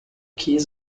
key